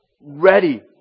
ready